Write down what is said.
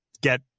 get